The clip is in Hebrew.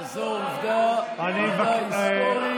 וזאת עובדה היסטורית,